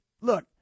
look